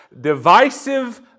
divisive